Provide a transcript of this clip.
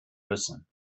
müssen